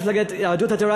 מפלגת יהדות התורה,